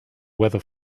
weather